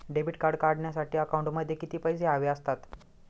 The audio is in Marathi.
डेबिट कार्ड काढण्यासाठी अकाउंटमध्ये किती पैसे हवे असतात?